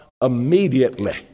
Immediately